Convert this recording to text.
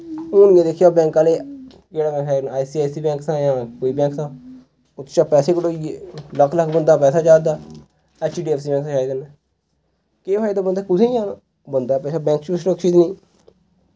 हून गै दिक्खेआ बैंक आह्ले जेह्ड़ा मेरै ख्याल आई सी आई सी बैंक जां कोई बैंक हा उत्त चा पैसे कटोईये लक्ख लक्ख बंदां पैसा जा दा H D F C bank हा शायद केह् फायदा बंदै कुत्थें जाना बंदा बैंक च बी सुरक्षित नेंई